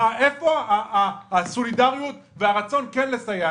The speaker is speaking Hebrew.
איפה הסולידריות והרצון לסייע?